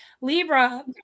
libra